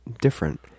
different